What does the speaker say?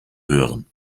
hören